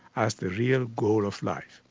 as the real goal of life,